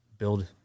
build